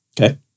Okay